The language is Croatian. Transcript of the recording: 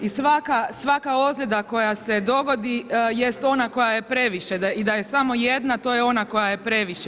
I svaka ozljeda koja se dogodi jest ona koja je previše i da je samo jedna to je ona koja je previše.